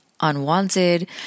unwanted